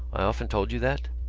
i often told you that?